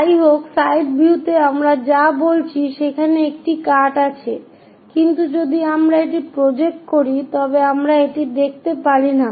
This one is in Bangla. যাইহোক সাইড ভিউতে আমরা যা বলছি সেখানে একটি কাট আছে কিন্তু যদি আমরা এটি প্রজেক্ট করি তবে আমরা এটি দেখতে পারি না